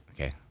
Okay